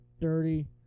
dirty